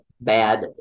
bad